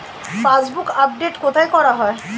Passbook update কোথায় করা হয়?